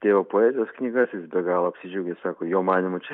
tėvo poezijos knygas jis be galo apsidžiaugė sako jo manymu čia